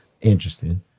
interesting